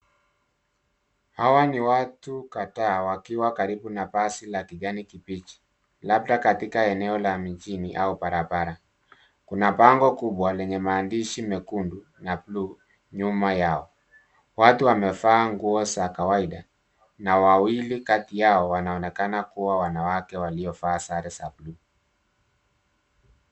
Hawa ni watu kadhaa wakiwa karibu na basi la kijani kibichi, labda katika eneo la mijini au barabara. Kuna bango kubwa lenye maandishi mekundu na bluu nyuma yao. Watu wamevaa nguo za kawaida, na wawili kati yao wanaoneka kuwa wanawake waliovalia sare za bluu.